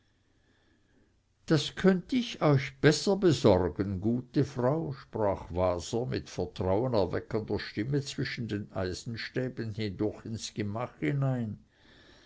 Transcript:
das könnt ich euch besser besorgen gute frau sprach waser mit vertrauenerweckender stimme zwischen den eisenstäben hindurch ins gemach hinein